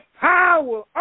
power